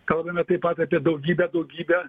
kalbame taip pat apie daugybę daugybę